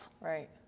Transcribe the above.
Right